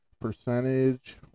percentage